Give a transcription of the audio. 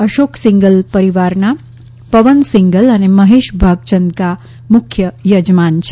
અશોક સિંઘલના પરિવારના પવન સિંઘલ અને મહેશ ભાગચંદકા મુખ્ય યજમાન છે